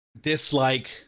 dislike